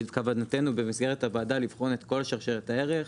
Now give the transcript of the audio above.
בכוונתנו במסגרת הוועדה לבחון את כל שרשרת הערך,